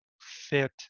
fit